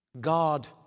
God